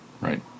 right